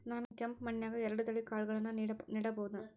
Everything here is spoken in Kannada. ನಾನ್ ಕೆಂಪ್ ಮಣ್ಣನ್ಯಾಗ್ ಎರಡ್ ತಳಿ ಕಾಳ್ಗಳನ್ನು ನೆಡಬೋದ?